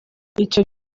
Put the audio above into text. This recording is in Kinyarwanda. ico